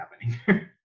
happening